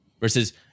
versus